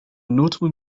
notable